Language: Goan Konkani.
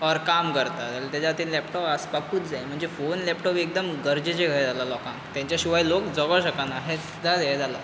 ऑर काम करता जाल तेज्या हातीन लॅपटॉप आसपाकूच जाय म्हणजे फोन लॅपटॉप एकदम गरजेचें कहें जालां लोकांक तेंच्या शिवाय लोग जगो शकाना हें जा हें जालां